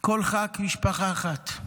כל ח"כ משפחה אחת,